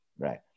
Right